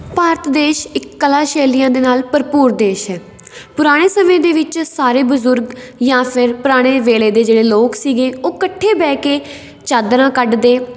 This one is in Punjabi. ਭਾਰਤ ਦੇਸ਼ ਇੱਕ ਕਲਾ ਸ਼ੈਲੀਆਂ ਦੇ ਨਾਲ ਭਰਪੂਰ ਦੇਸ਼ ਹੈ ਪੁਰਾਣੇ ਸਮੇਂ ਦੇ ਵਿੱਚ ਸਾਰੇ ਬਜ਼ੁਰਗ ਜਾਂ ਫਿਰ ਪੁਰਾਣੇ ਵੇਲੇ ਦੇ ਜਿਹੜੇ ਲੋਕ ਸੀਗੇ ਉਹ ਇਕੱਠੇ ਬਹਿ ਕੇ ਚਾਦਰਾਂ ਕੱਢਦੇ